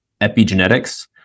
epigenetics